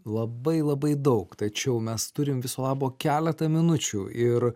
labai labai daug tačiau mes turim viso labo keletą minučių ir